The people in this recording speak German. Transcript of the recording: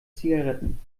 zigaretten